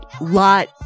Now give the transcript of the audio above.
lot